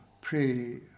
pray